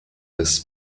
des